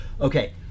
Okay